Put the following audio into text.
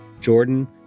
Jordan